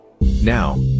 Now